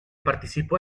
participó